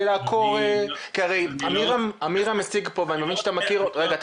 כי עמירם הרי פה והוא